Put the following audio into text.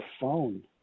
phone